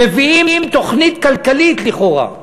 מביאים תוכנית כלכלית לכאורה,